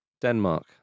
Denmark